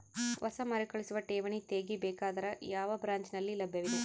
ಹೊಸ ಮರುಕಳಿಸುವ ಠೇವಣಿ ತೇಗಿ ಬೇಕಾದರ ಯಾವ ಬ್ರಾಂಚ್ ನಲ್ಲಿ ಲಭ್ಯವಿದೆ?